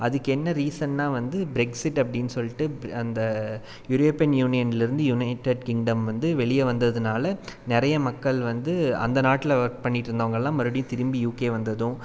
அதுக்கென்ன ரீசன்னா வந்து ப்ரெக்சிட் அப்படின்னு சொல்லிட்டு அந்த யுரேப்பியன் யூனியன்லேருந்து யுனெடட் கிங்டம் வந்து வெளியே வந்ததனால நிறைய மக்கள் வந்து அந்த நாட்டில் ஒர்க் பண்ணிகிட்ருந்தவுங்களான் மறுபடியும் திரும்பி யூகே வந்ததும்